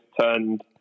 turned